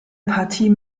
partie